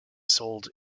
sold